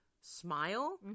smile